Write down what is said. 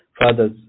father's